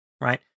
Right